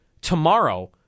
tomorrow